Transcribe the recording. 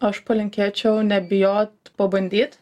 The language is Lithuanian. aš palinkėčiau nebijot pabandyt